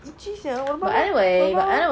itchy sia 我弄我弄